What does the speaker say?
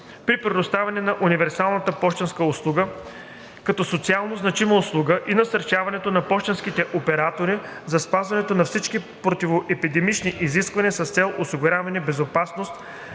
при предоставяне на универсалната пощенска услуга като социалнозначима услуга и насърчаване на пощенските оператори за спазването на всички противоепидемични изисквания с цел осигуряване безопасност